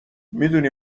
میدونی